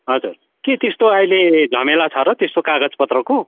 हजुर के त्यस्तो अहिले झमेला छ र त्यस्तो कागज पत्रको